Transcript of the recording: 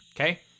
Okay